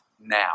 now